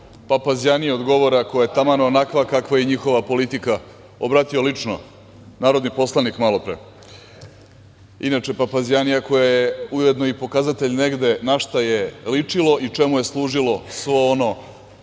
papazjaniji od govora koja je taman onakva kakva je njihova politika obratio lično, narodni poslanik malopre. Inače, papazjanija koja je ujedno i pokazatelj negde na šta je ličilo i čemu je služilo svo ono